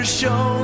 show